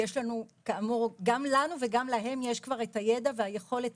גם לנו וגם להם יש כבר את הידע ואת היכולת